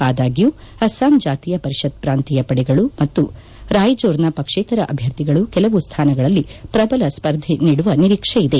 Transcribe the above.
ಆದಾಗ್ಯೂ ಅಸ್ಸಾಂ ಜಾತೀಯ ಪರಿಷತ್ ಪ್ರಾಂತೀಯ ಪಡೆಗಳು ಮತ್ತು ರಾಯ್ಜೋರ್ನ ಪಕ್ಷೇತರ ಅಭ್ಯರ್ಥಿಗಳು ಕೆಲವು ಸ್ಥಾನಗಳಲ್ಲಿ ಪ್ರಬಲ ಸ್ವರ್ಧೆ ನೀಡುವ ನಿರೀಕ್ಷೆಯಿದೆ